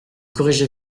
corriger